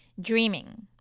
dreaming